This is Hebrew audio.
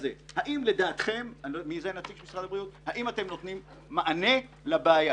היום, האם אתם נותנים מענה לבעיה?